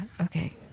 okay